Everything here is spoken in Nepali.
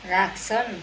राख्छन्